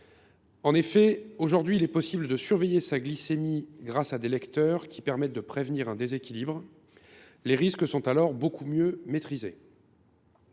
En effet, il est désormais possible de surveiller sa glycémie grâce à des lecteurs qui permettent de prévenir un déséquilibre. Les risques sont alors beaucoup mieux maîtrisés.